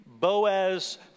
Boaz